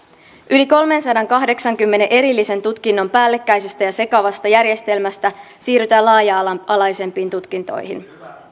yli kolmensadankahdeksankymmenen erillisen tutkinnon päällekkäisestä ja sekavasta järjestelmästä siirrytään laaja laaja alaisempiin tutkintoihin